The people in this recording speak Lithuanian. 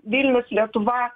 vilnius lietuva